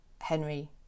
henry